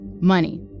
money